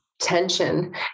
tension